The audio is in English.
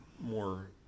more